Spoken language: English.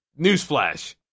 newsflash